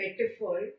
metaphor